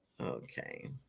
Okay